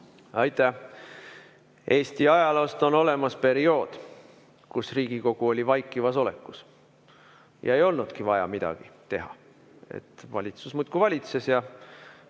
Aitäh! Eesti ajaloos on olemas periood, kui Riigikogu oli vaikivas olekus ja ei olnudki vaja midagi teha, valitsus muudkui valitses.